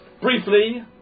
Briefly